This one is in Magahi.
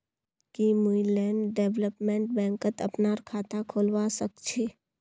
की मुई लैंड डेवलपमेंट बैंकत अपनार खाता खोलवा स ख छी?